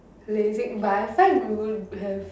lazing bus what we would have